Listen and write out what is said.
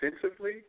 offensively